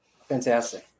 Fantastic